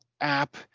app